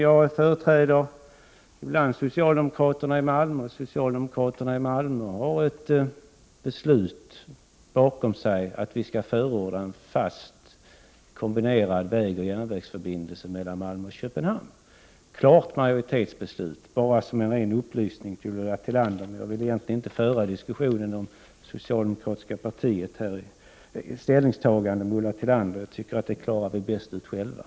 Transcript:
Ibland företräder jag socialdemokraterna i Malmö. Dessa har fattat ett beslut om att vi skall förorda en fast, kombinerad vägoch järnvägsförbindelse mellan Malmö och Köpenhamn. Det rör sig om ett klart majoritetsbeslut. Jag säger detta enbart som en upplysning till Ulla Tillander. Egentligen vill jag inte diskutera det socialdemokratiska partiets ställningstagande med Ulla Tillander. Den diskussionen klarar vi bäst själva.